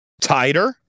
tighter